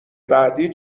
بعدی